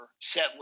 set